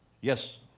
Yes